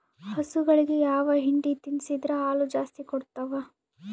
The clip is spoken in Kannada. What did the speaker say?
ಹಸುಗಳಿಗೆ ಯಾವ ಹಿಂಡಿ ತಿನ್ಸಿದರ ಹಾಲು ಜಾಸ್ತಿ ಕೊಡತಾವಾ?